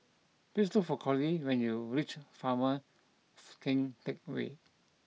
please look for Coley when you reach Former Keng Teck Whay